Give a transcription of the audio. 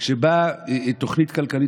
וכשבאה תוכנית כלכלית,